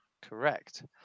Correct